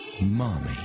Mommy